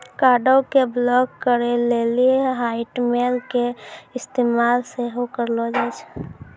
कार्डो के ब्लाक करे लेली हाटमेल के इस्तेमाल सेहो करलो जाय छै